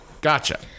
Gotcha